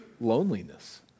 loneliness